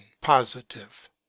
positive